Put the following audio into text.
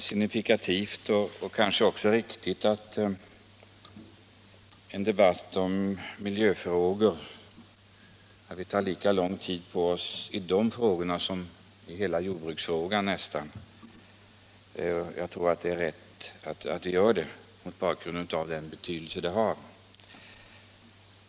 Herr talman! Det är signifikativt att vi tar nästan lika lång tid på oss för att debattera miljöfrågorna som hela jordbruksfrågan i övrigt. Jag tror att det är rätt att vi gör det mot bakgrund av den betydelse som de frågorna har.